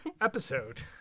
episode